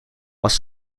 was